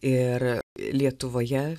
ir lietuvoje